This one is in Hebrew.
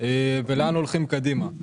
ולאן הולכים קדימה.